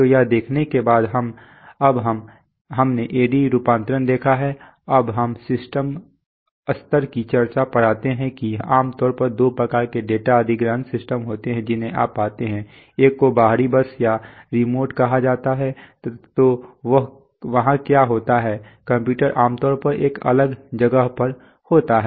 तो यह देखने के बाद अब हमने एडी रूपांतरण देखा है अब हम सिस्टम स्तर की चर्चा पर आते हैं कि आम तौर पर दो प्रकार के डेटा अधिग्रहण सिस्टम होते हैं जिन्हें आप पाते हैं एक को बाहरी बस या रिमोट कहा जाता है तो वहां क्या होता है कंप्यूटर आम तौर पर एक अलग जगह पर होता है